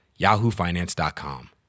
YahooFinance.com